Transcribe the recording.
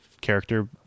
character